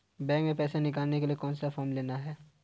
Bank में पैसा निकालने के लिए कौन सा फॉर्म लेना है?